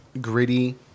gritty